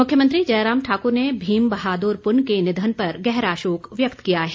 मुख्यमंत्री जयराम ठाकुर ने भीम बहादुर के निधन पर गहरा शोक व्यक्त किया है